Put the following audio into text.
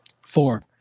Four